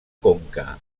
conca